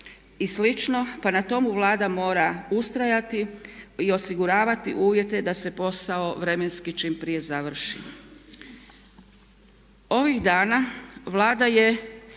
i slično pa na tomu Vlada mora ustrajati i osiguravati uvjete da se posao vremenski čim prije završi.